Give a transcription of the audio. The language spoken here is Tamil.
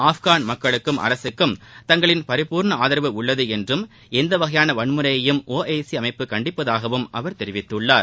ஆப்கன் மக்களுக்கும் அரசுக்கும் தங்களின் பரிபூரண ஆதரவு உள்ளது என்றும் எந்த வகையான வன்முறையையும் ஒஐசி அமைப்பு கண்டிப்பதாகவும் அவர் தெரிவித்துள்ளார்